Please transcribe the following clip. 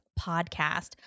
podcast